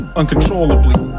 uncontrollably